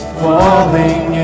falling